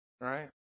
Right